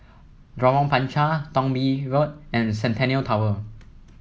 Lorong Panchar Thong Bee Road and Centennial Tower